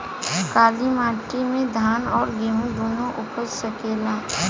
काली माटी मे धान और गेंहू दुनो उपज सकेला?